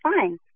fine